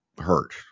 hurt